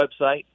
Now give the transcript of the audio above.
website